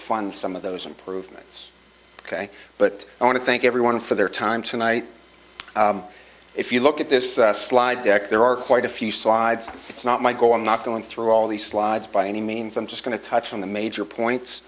fund some of those improvements ok but i want to thank everyone for their time tonight if you look at this slide deck there are quite a few slides it's not my goal i'm not going through all the slides by any means i'm just going to touch on the major points